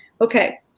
okay